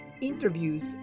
Interviews